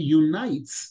unites